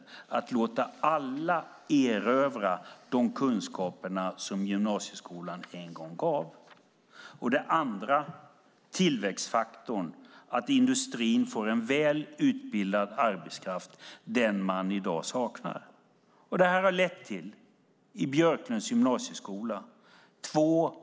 Det första är att låta alla erövra de kunskaper som gymnasieskolan en gång gav. Det andra är tillväxtfaktorn, att industrin får en väl utbildad arbetskraft, den som man i dag saknar. Det här har i Björklunds gymnasieskola lett till två